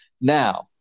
Now